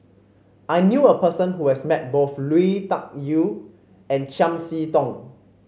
I knew a person who has met both Lui Tuck Yew and Chiam See Tong